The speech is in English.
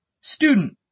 Student